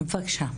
בבקשה.